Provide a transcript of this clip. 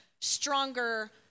stronger